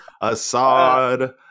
assad